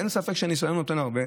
אין ספק שהניסיון נותן הרבה.